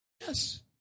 Yes